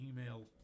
email